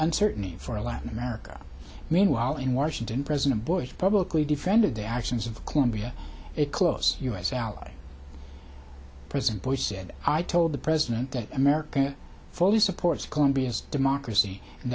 certainly for a latin america meanwhile in washington president bush publicly defended the actions of colombia a close u s ally president bush said i told the president that america fully supports colombia's democracy and